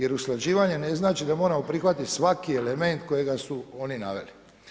Jer usklađivanje ne znači da moramo prihvatiti svaki element kojega su oni naveli.